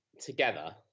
together